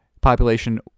Population